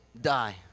die